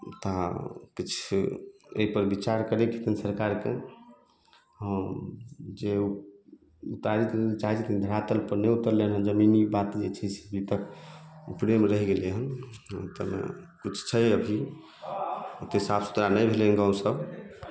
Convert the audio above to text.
ता किछु एहि पर बिचार करैके कनी सरकार कऽ हँ जे उतारै लऽ चाहै छथिन धरातल पर नै उतरलै हँ जमीनी बात जे छै से अभी तक ऊपरे मऽ रइह गेलै हन कुछ छै अभी ओते साफ सुथरा नै भेलै गाँव सब